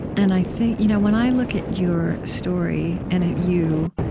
and i think, you know when i look at your story and at you,